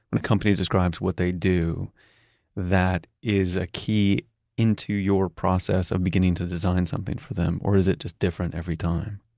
when a company describes what they do that is a key into your process of beginning to design something for them? or is it just different every time?